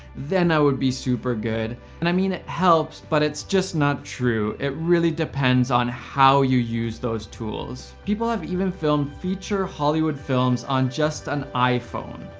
then i would be super good. and i mean it helps, but it's just not true. it really depends on how you use those tools. people have even filmed feature hollywood films on just an iphone,